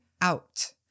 out